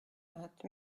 vingt